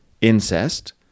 incest